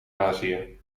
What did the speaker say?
azië